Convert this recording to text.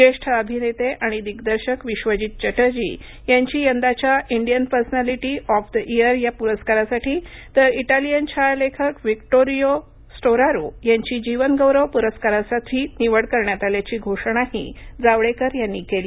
ज्येष्ठ अभिनेते आणि दिग्दर्शक विश्वजीत चटर्जी यांची यंदाच्या इंडियन पर्सनॅलीटी ऑफ इयर या पुरस्कारासाठी तर इटालियन छायालेखक व्हिक्टोरियो स्टोरारो यांची जीवनगौरव पुरस्कारासाठी निवड करण्यात आल्याची घोषणाही जावडेकर यांनी केली